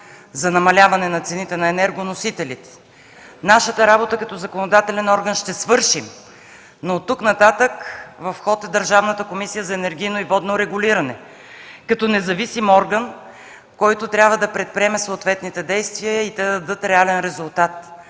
за намаляване цените на енергоносителите. Нашата работа като законодателен орган ще свършим, но от тук нататък в ход е Държавата комисия за енергийно и водно регулиране, като независим орган, който трябва да предприеме съответните действия и да дадат реален резултат.